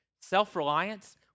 self-reliance